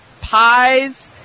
pies